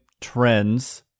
trends